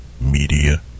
Media